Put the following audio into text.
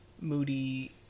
Moody